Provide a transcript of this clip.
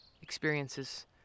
experiences